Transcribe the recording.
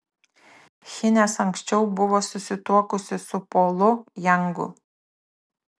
hines anksčiau buvo susituokusi su polu jangu